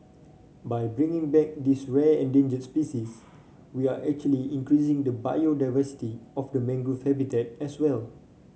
by bringing back this rare endangered species we are actually increasing the biodiversity of the mangrove habitat as well